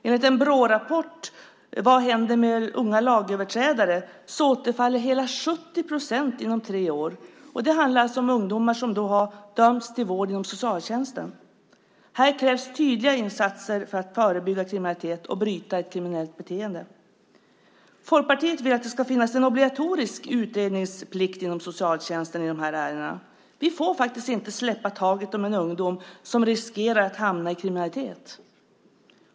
Enligt en Brårapport Vad händer med unga lagöverträdare återfaller hela 70 procent inom tre år. Det handlar alltså om ungdomar som har dömts till vård inom socialtjänsten. Här krävs tydliga insatser för att förebygga kriminalitet och bryta ett kriminellt beteende. Folkpartiet vill att det ska finnas en obligatorisk utredningsplikt inom socialtjänsten i de här ärendena. Vi får faktiskt inte släppa taget om ungdomar som riskerar att hamna i kriminalitet.